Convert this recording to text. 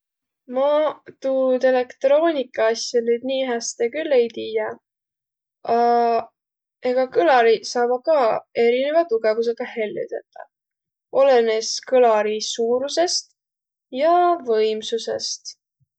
Ma tuud elektroonikaasja nüüd nii häste küll ei tiiäq. A egaq kõlariq saavaq ka erinevä tugõvusõga hellü tetäq. Olõnõs kõlari suurusõst ja võimsusõst.